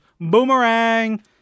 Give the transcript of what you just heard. boomerang